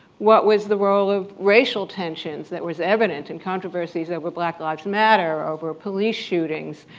what was the role of racial tensions that was evident in controversies over black lives matter, over police shootings,